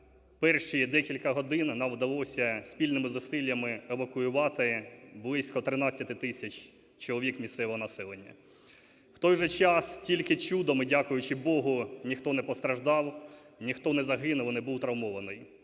перші декілька годин нам вдалося спільними зусиллями евакуювати близько тринадцяти тисяч чоловік місцевого населення. В той же час тільки чудом і дякуючи Богу ніхто не постраждав, ніхто не загинув і не був травмований.